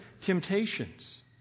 temptations